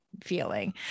feeling